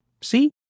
See